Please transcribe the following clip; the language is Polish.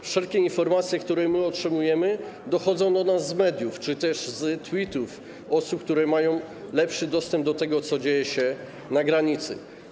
Wszelkie informacje, które otrzymujemy, dochodzą do nas z mediów czy też z tweetów osób, które mają lepszy dostęp do tego, co dzieje się na granicy.